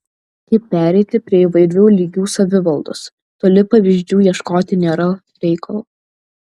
kaip pereiti prie įvairių lygių savivaldos toli pavyzdžių ieškoti nėra reikalo